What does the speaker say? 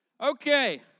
Okay